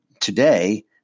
today